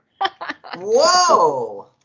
Whoa